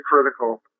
critical